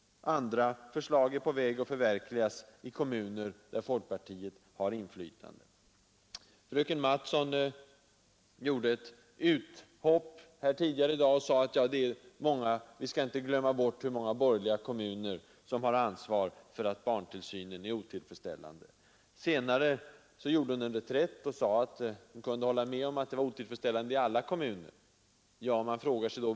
Andra förslag är på väg att förverkligas i kommuner där folkpartiet har inflytande. Fröken Mattson gjorde ett uthopp här tidigare i dag och sade: Vi skall inte glömma bort hur många borgerliga kommuner som har ansvar för att barntillsynen är otillfredsställande. Senare slog hon till reträtt och sade, att hon kunde hålla med om att det är otillfredsställande i alla kommuner.